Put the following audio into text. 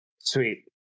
Sweet